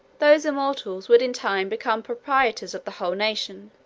those immortals would in time become proprietors of the whole nation,